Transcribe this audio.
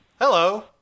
Hello